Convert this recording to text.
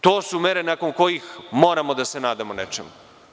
To su mere nakon kojih moramo da se nadamo nečemu.